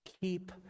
Keep